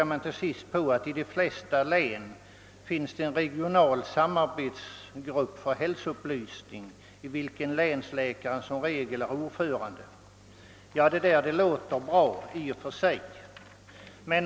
Utskottet påpekar dessutom att det i de flesta län finns en regional samarbetsgrupp för hälsoupplysning i vilken länsläkaren som regel är ordförande. Allt detta låter i och för sig bra.